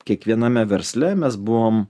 kiekviename versle mes buvom